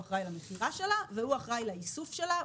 הוא אחראי למכירה שלה והוא אחראי לאיסוף שלה,